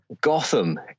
Gotham